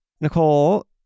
nicole